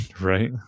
Right